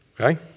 okay